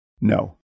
No